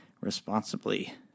responsibly